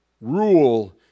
rule